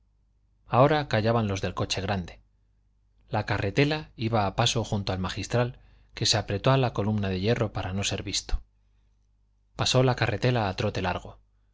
ahora callaban los del coche grande la carretela iba a pasar junto al magistral que se apretó a la columna de hierro para no ser visto pasó la carretela a trote largo